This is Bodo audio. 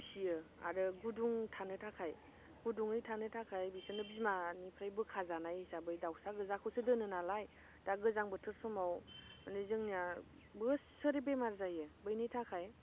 फिसियो आरो गुदुं थानो थाखाय गुदुङै थानो थाखाय बिसोरनो बिमानिफ्राय बोखाजानाय हिसाबै दाउसा गोजाखौसो दोनो नालाय दा गोजां बोथोर समाव माने जोंनिया बोसोरै बेमार जायो बैनि थाखाय